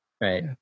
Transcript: right